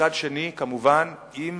מצד שני, כמובן, אם